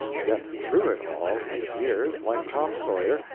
yet through it all he appears, like tom sawyer,